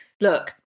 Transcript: Look